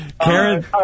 Karen